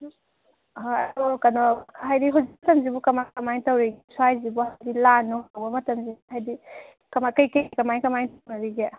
ꯍꯣꯏ ꯑꯗꯣ ꯀꯩꯅꯣ ꯍꯥꯏꯗꯤ ꯍꯧꯖꯤꯛ ꯀꯥꯟꯁꯤꯕꯨ ꯀꯃꯥꯏꯅ ꯀꯃꯥꯅꯏ ꯇꯧꯔꯤꯒꯦ ꯁꯥꯏꯁꯤꯕꯨ ꯍꯥꯏꯗꯤ ꯂꯥꯟ ꯅꯨꯡ ꯇꯧꯕ ꯃꯇꯝꯁꯦ ꯍꯥꯏꯗꯤ ꯀꯃꯥꯏꯅ ꯀꯔꯤ ꯀꯔꯤ ꯀꯃꯥꯏꯅ ꯀꯃꯥꯏꯅ ꯇꯧꯅꯔꯤꯒꯦ